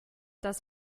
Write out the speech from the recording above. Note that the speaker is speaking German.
das